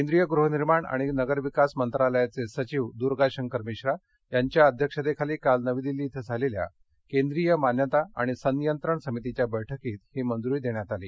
केंद्रीय गृहनिर्माण आणि नगरविकास मंत्रालयाचे सचिव दुर्गाशंकर मिश्रा यांच्या अध्यक्षतेखाली काल नवी दिल्ली इथं झालेल्या केंद्रीय मान्यता आणि संनियंत्रण समितीच्या बैठकीत ही मंजुरी देण्यात आली